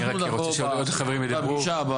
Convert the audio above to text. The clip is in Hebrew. אני רק רוצה שעוד חברים ידברו,